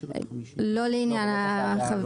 זה לא